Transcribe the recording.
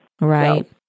Right